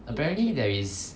apparently there is